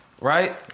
right